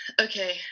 okay